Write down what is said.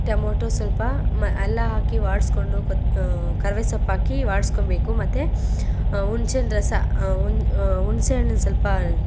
tomato ಸ್ವಲ್ಪ ಮ ಎಲ್ಲ ಹಾಕಿ ಬಾಡಿಸ್ಕೊಂಡು ಕೊತ್ ಕರ್ಬೆಸೊಪ್ಪಾಕಿ ಬಾಡ್ಸ್ಕೊಬೇಕು ಮತ್ತು ಹುಣ್ಶಿನ್ ರಸ ಹುಣ್ಸೆ ಹಣ್ಣು ಸ್ವಲ್ಪ